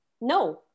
No